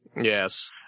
Yes